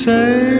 Say